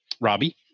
Robbie